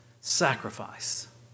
sacrifice